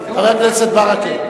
חבר הכנסת ברכה,